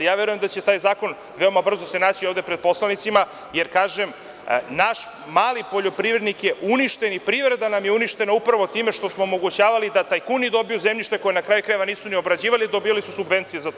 Ja verujem da će se taj zakon veoma brzo naći ovde pred poslanicima, jer naš mali poljoprivrednik je uništen i privreda nam je uništena upravo time što smo omogućavali da tajkuni dobiju zemljište koje na kraju krajeva nisu ni obrađivali, a dobijali su subvencije za to.